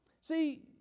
See